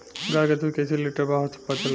गाय के दूध कइसे लिटर भाव चलत बा?